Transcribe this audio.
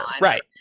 right